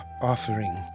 offering